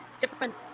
different